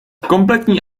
kompletní